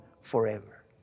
forever